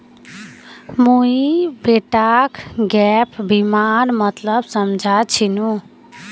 मुई बेटाक गैप बीमार मतलब समझा छिनु